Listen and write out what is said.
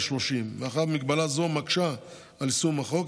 30. מאחר שמגבלה זו מקשה על יישום החוק,